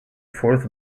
fourth